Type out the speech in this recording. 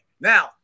now